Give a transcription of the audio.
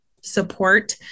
support